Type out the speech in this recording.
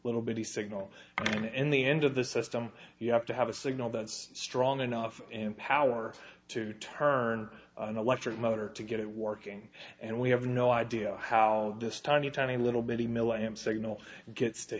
little bitty signal i mean in the end of the system you have to have a signal that's strong enough in power to turn an electric motor to get it working and we have no idea how this tiny tiny little bitty milla am signal gets to